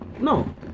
No